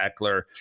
Eckler